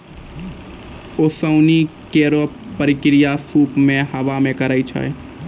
ओसौनी केरो प्रक्रिया सूप सें हवा मे करै छै